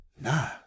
Nah